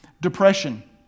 Depression